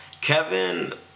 kevin